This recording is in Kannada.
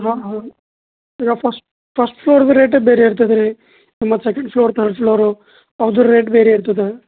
ಹಾಂ ಹಾಂ ಈಗ ಫಸ್ಟ್ ಫಸ್ಟ್ ಫ್ಲೋರ್ದು ರೇಟೆ ಬೇರೆ ಇರ್ತದೆ ರೀ ಮತ್ತೆ ಸೆಕೆಂಡ್ ಫ್ಲೋರ್ ತರ್ಡ್ ಫ್ಲೋರು ಅದ್ರ ರೇಟ್ ಬೇರೆ ಇರ್ತದೆ